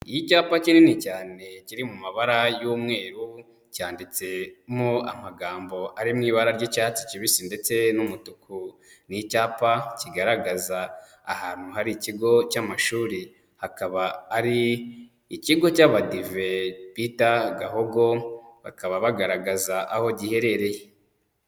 Icyapa kinini cyane kiri mu mabara y'umweru, cyanditsemo amagambo ari mu ibara ry'icyatsi kibisi ndetse n'umutuku, ni icyapa kigaragaza ahantu hari ikigo cy'amashuri hakaba ari ikigo cy'abadive bita Gahogo, bakaba bagaragaza aho giherereye.